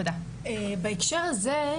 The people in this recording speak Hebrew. בהקשר הזה,